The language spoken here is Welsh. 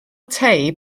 tei